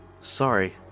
Sorry